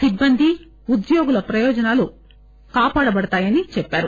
సిబ్బది ఉద్యోగుల ప్రయోజనాలు కాపాడబడతాయని చెప్పారు